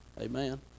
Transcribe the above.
Amen